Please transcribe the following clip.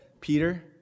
Peter